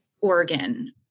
Oregon